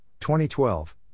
2012